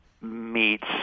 meets